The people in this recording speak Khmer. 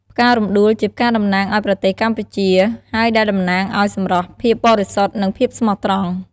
ផ្ការំដួលជាផ្កាតំណាងអោយប្រទេសកម្ពុជា ហើយដែលតំណាងឲ្យ សម្រស់ ភាពបរិសុទ្ធ និង ភាពស្មោះត្រង់។